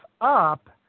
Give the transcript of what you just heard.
up